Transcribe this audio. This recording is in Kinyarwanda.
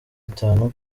atanu